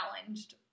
challenged